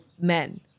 men